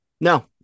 No